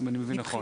אם, אני מבין נכון.